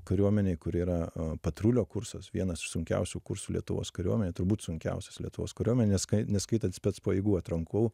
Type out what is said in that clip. kariuomenėj kur yra patrulio kursas vienas sunkiausių kursų lietuvos kariuomenėj turbūt sunkiausias lietuvos kariuomenės neskaitant spec pajėgų atrankų